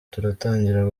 turatangira